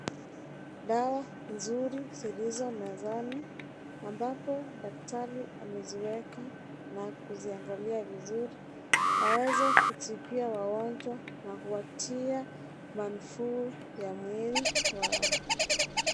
Dawa nzuri zilizo mezani ambapo daktari ameziweka na kuziangalia vizuri aweze kutibia wagonjwa na kupatia nafuu ya mwili wao